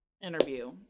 Interview